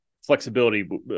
flexibility